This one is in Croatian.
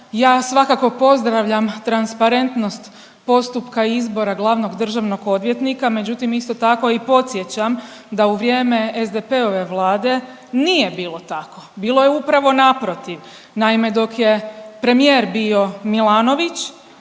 Ja svakako pozdravljam transparentnost postupka izbora glavnog državnog odvjetnika, međutim, isto tako i podsjećam da u vrijeme SDP-ove vlade nije bilo tako, bilo je upravo naprotiv. Naime, dok je premijer bio Milanović,